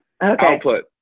Output